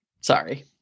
Sorry